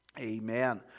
Amen